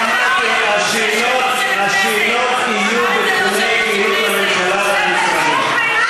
אני אמרתי: השאלות יהיו בתחומי פעילות הממשלה והמשרדים.